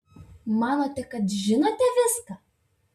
manote kad žinote viską